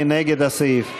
מי נגד הסעיף?